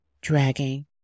dragging